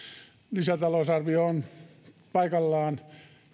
lisätalousarvio on paikallaan